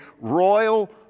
royal